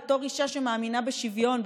בתור אישה שמאמינה בשוויון,